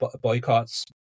boycotts